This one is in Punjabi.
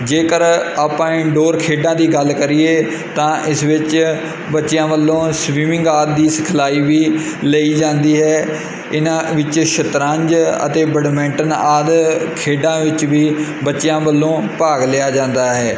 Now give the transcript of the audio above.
ਜੇਕਰ ਆਪਾਂ ਇਨਡੋਰ ਖੇਡਾਂ ਦੀ ਗੱਲ ਕਰੀਏ ਤਾਂ ਇਸ ਵਿੱਚ ਬੱਚਿਆਂ ਵੱਲੋਂ ਸਵਿਮਿੰਗ ਆਦਿ ਦੀ ਸਿਖਲਾਈ ਵੀ ਲਈ ਜਾਂਦੀ ਹੈ ਇਹਨਾਂ ਵਿੱਚ ਸ਼ਤਰੰਜ ਅਤੇ ਬੈਡਮਿੰਟਨ ਆਦਿ ਖੇਡਾਂ ਵਿੱਚ ਵੀ ਬੱਚਿਆਂ ਵੱਲੋਂ ਭਾਗ ਲਿਆ ਜਾਂਦਾ ਹੈ